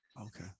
Okay